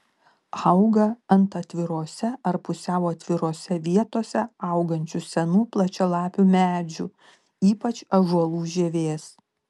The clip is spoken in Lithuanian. auga ant atvirose ar pusiau atvirose vietose augančių senų plačialapių medžių ypač ąžuolų žievės